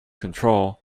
control